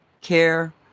care